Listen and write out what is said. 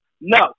No